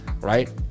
right